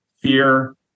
fear